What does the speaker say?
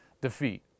defeat